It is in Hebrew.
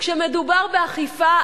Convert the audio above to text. כשמדובר באכיפה,